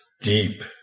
deep